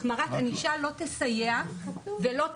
החמרת ענישה לא תסייע ולא תועיל,